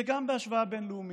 וגם בהשוואה בין-לאומית,